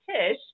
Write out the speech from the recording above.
Tish